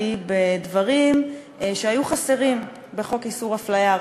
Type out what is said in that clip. בדברים שהיו חסרים בחוק איסור הפליה.